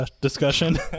Discussion